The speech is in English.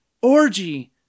orgy